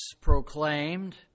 proclaimed